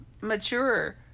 mature